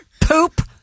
Poop